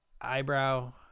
eyebrow